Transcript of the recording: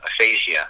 Aphasia